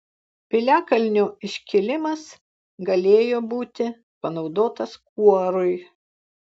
piliakalnio iškilimas galėjo būti panaudotas kuorui